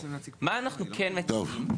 מה אנחנו כן מציעים?